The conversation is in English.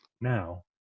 now